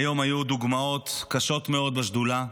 היום היו דוגמאות קשות מאוד בשדולה,